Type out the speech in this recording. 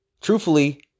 truthfully